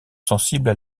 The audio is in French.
sensibles